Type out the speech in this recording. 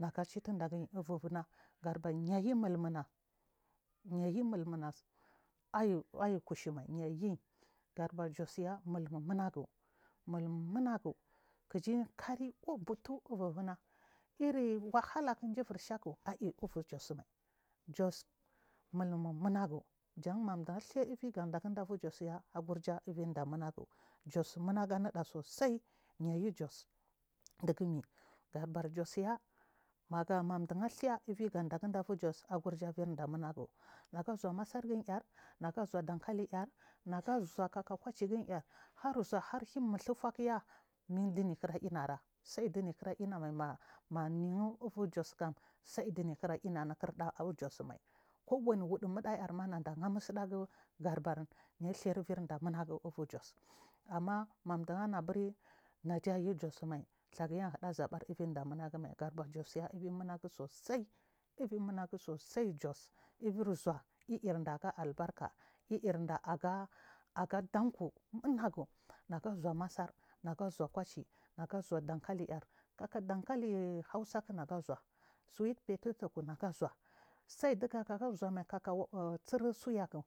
nega citun degm ivuvuna garba noyimulnuna niyimulnums aiykusluimai niying gaɗama jos ya mulmu munagu null mu ruanagu kiji kari kan orɗi evuvual airri wahalak jibursek aiyi ullu jos mai jos mulmu munayin jan maɗu aɗha iviga ɗaagiɗda evu jos ya agurja ivinds muna gu jos munagu miɗo susai niyi jos chiguni gaɗabar jos yam aga huaja dankaliar nega zhua har limutsu aku fakiya min ɗiyikira inars saiy ɗdiga kirawaa manuw wu jos kam saiya ɗdiya kirs ina nu kirɗa ai jos na kuwani wudu muɗaar manada ghamusuɗdagn gada bay a ɗha nvir dea numegi ivur jos a ma ɗi anabur najayu jos mai dhegy ahira zabe wurda munagumai gaɗabar jos ya uimunagu sosai evmunagu sosai jos evir zhua illɗda ga albarka ilrɗagadanko mumagli naga zhua matsar nagazhuna kwaci na zhna jaidsenkaliar danka li hausak nega zhuna sweet petoy torsk negu zhua sai dugakiraawa mai.